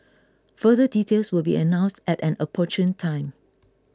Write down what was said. further details will be announced at an opportune time